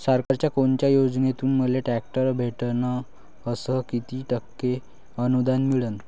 सरकारच्या कोनत्या योजनेतून मले ट्रॅक्टर भेटन अस किती टक्के अनुदान मिळन?